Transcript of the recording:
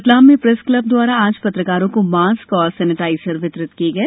रतलाम में press club द्वारा आज पत्रकारों को मास्क और सेनेटाइजर वितरित किये गये